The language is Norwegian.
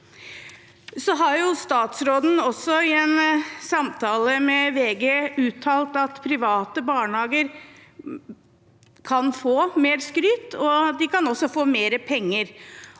Statsråden har i en samtale med VG uttalt at private barnehager kan få mer skryt, og de kan